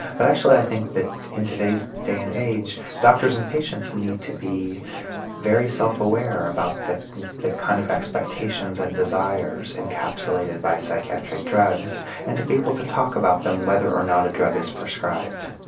but actually i think that in today's day and age doctors and patients need to be very self-aware about the the kind of expectations and desires encapsulated by psychiatric drugs and for people to talk about them whether or not a drug is prescribed.